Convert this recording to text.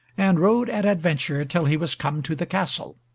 and rode at adventure till he was come to the castle.